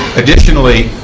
additionally,